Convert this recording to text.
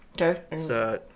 Okay